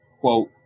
quote